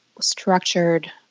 structured